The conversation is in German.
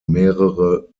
mehrere